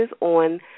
on